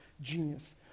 genius